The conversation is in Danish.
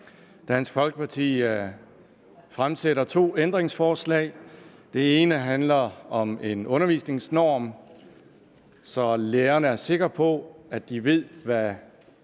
Dansk Folkeparti fremsætter to ændringsforslag. Det ene handler om en undervisningsnorm, så lærerne er sikre på, at de ved, hvor